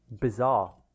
bizarre